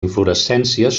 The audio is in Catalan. inflorescències